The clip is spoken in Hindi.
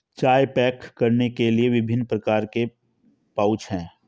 चाय पैक करने के लिए विभिन्न प्रकार के पाउच हैं